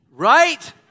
Right